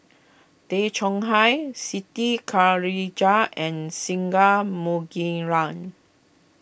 Tay Chong Hai Siti Khalijah and Singai Mukilan